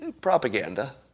propaganda